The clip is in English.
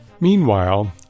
Meanwhile